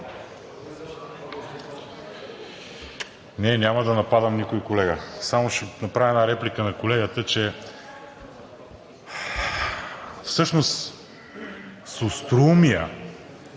Не, няма да нападам никой колега, само ще направя една реплика на колегата, че всъщност с остроумия